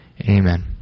Amen